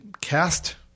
cast